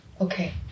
Okay